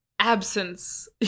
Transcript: absence